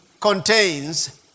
contains